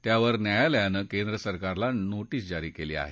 त्यावर न्यायालयानं केंद्र सरकारला नोटीस जारी केली आहे